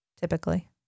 Typically